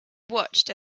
watched